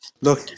look